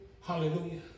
Hallelujah